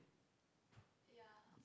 little bit of Tamil